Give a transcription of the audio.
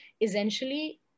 essentially